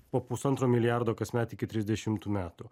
po pusantro milijardo kasmet iki trisdešimtų metų